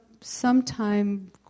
sometime